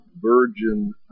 virgin